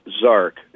Zark